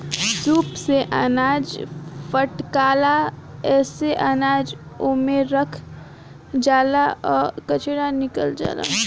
सूप से अनाज फटकाला एसे अनाज ओमे रह जाला आ कचरा निकल जाला